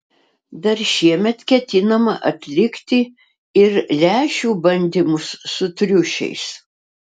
dar šiemet ketinama atlikti ir lęšių bandymus su triušiais